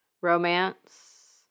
Romance